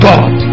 God